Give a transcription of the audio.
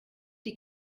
die